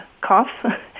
cough